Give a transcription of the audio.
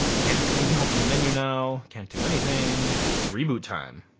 can't even open the menu now. can't do anything. reboot time.